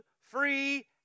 free